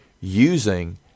using